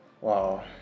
wow